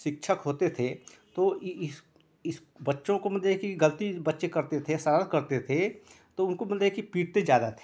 शिक्षक होते थे तो इस बच्चों को मदे की गलती बच्चे करते थे शरारत करते थे तो उनको मदे की पीटते ज़्यादा थे